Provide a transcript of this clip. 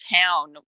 town